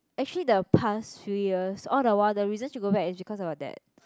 actually the past few years all the while the reason she go back is because of her dad